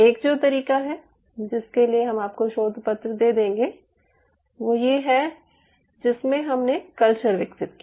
एक जो तरीका है जिसके लिए हम आपको शोध पत्र दे देंगे वो ये है जिसमे हमने कल्चर विकसित किया